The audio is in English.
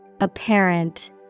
Apparent